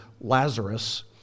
Lazarus